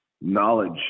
knowledge